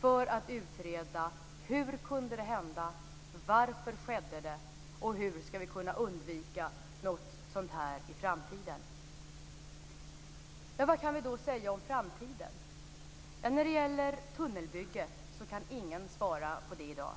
för att utreda hur det kunde hända, varför det skedde och hur skall vi kunna undvika att något sådant sker i framtiden. Vad kan vi då säga om framtiden? När det gäller tunnelbygget kan ingen svara på det i dag.